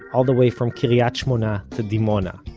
all the way from kiriyat shmona to dimona.